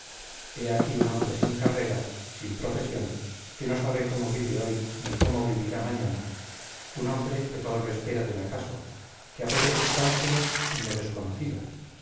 he aquí un hombre sin carrera sin profesión que no sabe cómo vive hoy ni cómo vivirá mañana un hombre que todo lo espera del acaso que apoya sus cálculos en lo desconocido